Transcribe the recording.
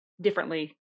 differently